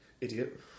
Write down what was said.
Idiot